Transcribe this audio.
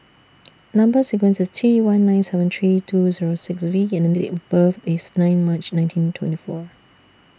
Number sequence IS T one nine seven three two Zero six V and Date of birth IS nine March nineteen twenty four